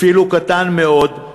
אפילו קטן מאוד,